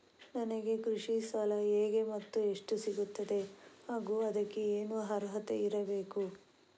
ನನಗೆ ಕೃಷಿ ಸಾಲ ಹೇಗೆ ಮತ್ತು ಎಷ್ಟು ಸಿಗುತ್ತದೆ ಹಾಗೂ ಅದಕ್ಕೆ ಏನು ಅರ್ಹತೆ ಇರಬೇಕು?